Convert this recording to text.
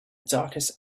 darkest